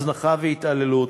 בילדים בסיכון, הזנחה והתעללות.